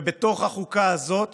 ובתוך החוקה הזאת